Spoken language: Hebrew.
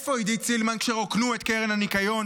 איפה עידית סילמן כשרוקנו את קרן הניקיון,